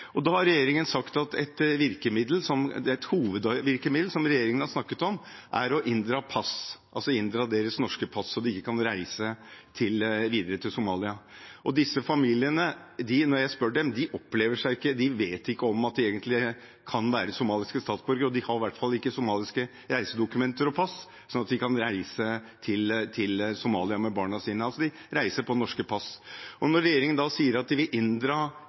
Et hovedvirkemiddel som regjeringen har snakket om i den forbindelse, er da å inndra deres norske pass, slik at de ikke kan reise videre til Somalia. Når jeg spør disse familiene, vet de ikke om at de egentlig kan være somaliske statsborgere, og de har i hvert fall ikke somaliske reisedokumenter og pass, slik at de kan reise til Somalia med barna sine. De reiser altså på norske pass. Når regjeringen da sier at de vil inndra